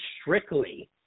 strictly